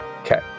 Okay